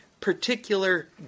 particular